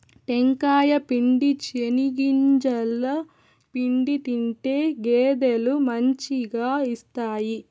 టెంకాయ పిండి, చెనిగింజల పిండి తింటే గేదెలు మంచిగా ఇస్తాయి